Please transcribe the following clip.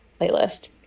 playlist